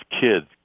kids